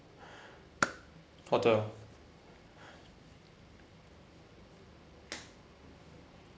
hotel